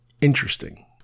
Interesting